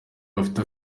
bafite